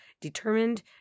determined